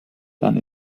dann